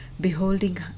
beholding